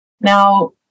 Now